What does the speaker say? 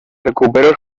recuperó